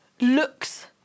looks